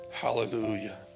Hallelujah